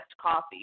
coffee